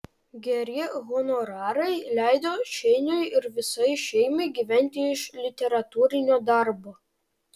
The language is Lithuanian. geri honorarai leido šeiniui ir visai šeimai gyventi iš literatūrinio darbo